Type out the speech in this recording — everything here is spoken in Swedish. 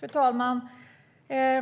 Fru talman!